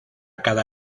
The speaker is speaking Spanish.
cada